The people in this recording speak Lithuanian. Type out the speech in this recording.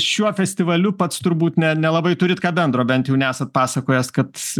šiuo festivaliu pats turbūt ne nelabai turit ką bendro bent jau nesat pasakojęs kad